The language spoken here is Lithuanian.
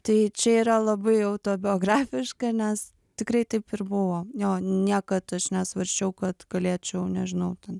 tai čia yra labai autobiografiška nes tikrai taip ir buvo jo niekad aš nesvarsčiau kad galėčiau nežinau ten